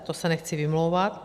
To se nechci vymlouvat.